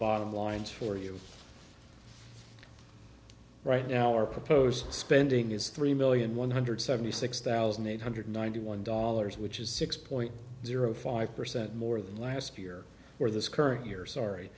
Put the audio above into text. bottom lines for you right now our proposed spending is three million one hundred seventy six thousand eight hundred ninety one dollars which is six point zero five percent more than last year or this current year sorry